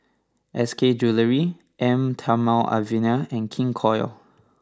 S K Jewellery Eau Thermale Avene and King Koil